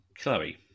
Chloe